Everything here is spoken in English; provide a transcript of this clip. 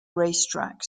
racetrack